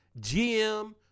GM